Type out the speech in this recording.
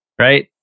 right